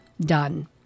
Done